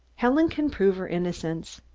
helen can prove her innocence.